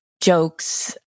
jokes